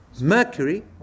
Mercury